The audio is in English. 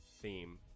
theme